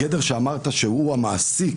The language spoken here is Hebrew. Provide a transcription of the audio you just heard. הגדר שאמרת שהוא המעסיק,